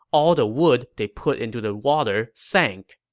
all the wood they put into the water sank.